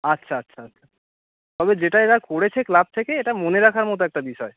আচ্ছা আচ্ছা আচ্ছা তবে যেটা এরা করেছে ক্লাব থেকে এটা মনে রাখার মতো একটা বিষয়